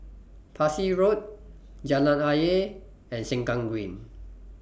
Parsi Road Jalan Ayer and Sengkang Green